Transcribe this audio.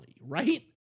right